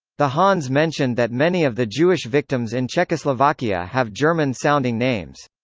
the hahns mentioned that many of the jewish victims in czechoslovakia have german-sounding names.